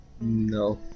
No